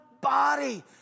body